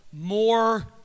more